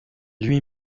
lui